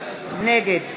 נגד